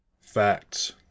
Facts